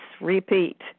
repeat